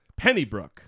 Pennybrook